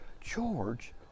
George